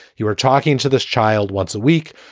you were talking to this child once a week.